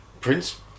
Prince